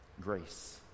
Grace